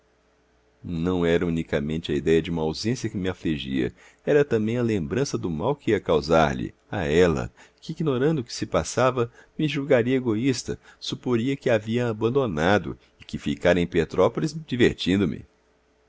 não era unicamente a idéia de uma ausência que me afligia era também a lembrança do mal que ia causar lhe a ela que ignorando o que se passava me julgaria egoísta suporia que a havia abandonado e que ficara em petrópolis divertindo me